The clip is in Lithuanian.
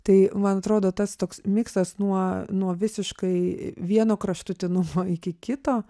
tai man atrodo tas toks miksas nuo nuo visiškai vieno kraštutinumo iki kito